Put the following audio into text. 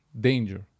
danger